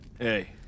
Hey